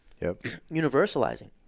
universalizing